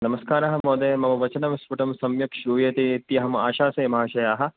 नमस्कारः महोदय मम वचनं स्फ़ुटं सम्यक् श्रूयते इति अम् आशासे महाशयाः